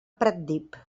pratdip